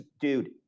Dude